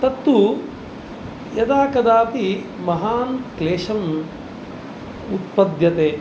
तत्तु यदा कदापि महान् क्लेशम् उत्पद्यते